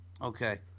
Okay